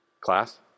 class